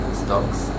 stocks